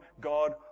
God